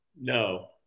No